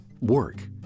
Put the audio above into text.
work